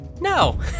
no